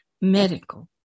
medical